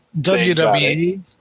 WWE